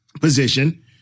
position